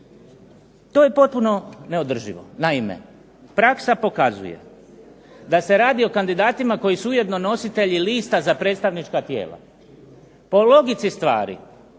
To je postupno neodrživo. Naime, praksa pokazuje da se radi o kandidatima koji su ujedno nositelji lista za predstavnička tijela. Po logici stvari